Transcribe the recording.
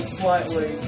slightly